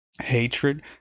hatred